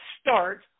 start